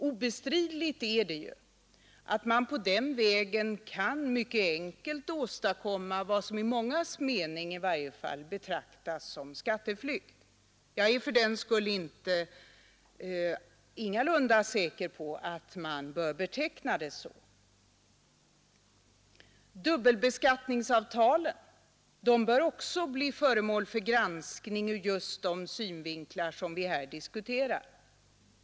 Obestridligt är att man på den vägen mycket enkelt kan åstadkomma vad i varje fall många anser vara skatteflykt, även om jag ingalunda är säker på att man bör beteckna det så. Dubbelbeskattningsavtalen bör också bli föremål för granskning ur just de synvinklar vi här diskuterar.